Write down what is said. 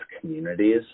communities